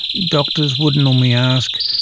doctors would normally ask,